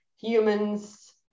humans